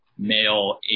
male